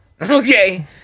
Okay